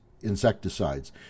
insecticides